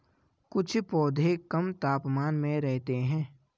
कुछ पौधे कम तापमान में रहते हैं